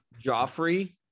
Joffrey